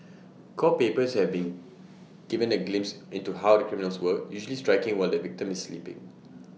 court papers have been given A glimpse into how the criminals work usually striking while the victim is sleeping